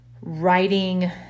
writing